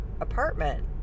apartment